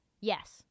yes